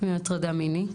מהטרדה מינית.